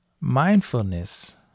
mindfulness